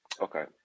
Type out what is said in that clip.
Okay